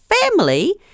family